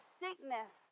sickness